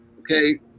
okay